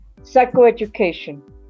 psychoeducation